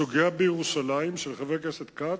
הסוגיה בירושלים, של חבר הכנסת כץ,